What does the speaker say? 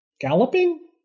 galloping